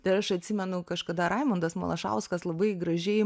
tai aš atsimenu kažkada raimundas malašauskas labai gražiai